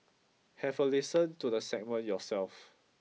have a listen to the segment yourself